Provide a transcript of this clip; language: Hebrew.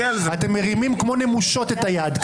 אתם מרימים כמו נמושות את היד,